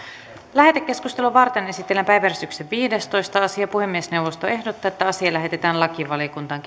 lähetekeskustelua varten esitellään päiväjärjestyksen viidestoista asia puhemiesneuvosto ehdottaa että asia lähetetään lakivaliokuntaan